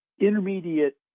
intermediate